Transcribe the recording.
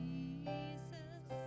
Jesus